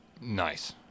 Nice